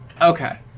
Okay